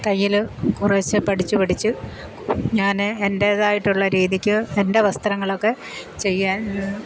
തയ്യൽ കുറേശ്ശെ പഠിച്ച് പഠിച്ച് ഞാൻ എൻ്റെതായിട്ടുള്ള രീതിക്ക് എൻ്റെ വസ്ത്രങ്ങളൊക്കെ ചെയ്യാൻ